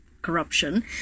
corruption